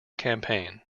campaign